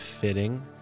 fitting